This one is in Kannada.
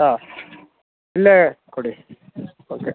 ಹಾಂ ಇಲ್ಲೇ ಕೊಡಿ ಓಕೆ